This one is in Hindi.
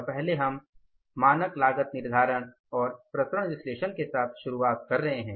और पहले हम मानक लागत निर्धारण और विचरण विश्लेषण के साथ शुरुआत कर रहे हैं